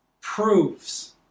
proves